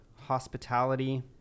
hospitality